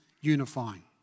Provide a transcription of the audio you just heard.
unifying